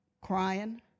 crying